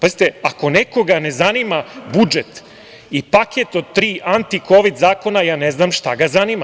Ako nekoga ne zanima budžet i paket od tri antikovid zakona, ja ne znam šta ga zanima.